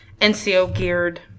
NCO-geared